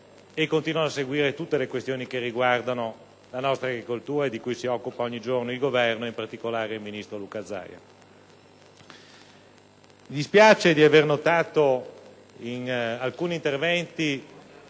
e continuano a seguire tutte le questioni che riguardano l'agricoltura italiana di cui si occupa ogni giorno il Governo e, in particolare, il ministro Luca Zaia. Dispiace avere notato in alcuni interventi